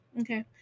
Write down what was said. Okay